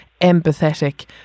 empathetic